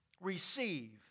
Receive